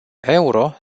euro